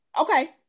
Okay